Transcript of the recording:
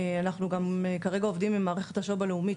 אנחנו גם כרגע עובדים עם מערכת השו"ב הלאומית,